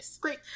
Great